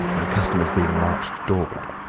and customers being marched doorward.